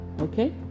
Okay